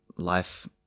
life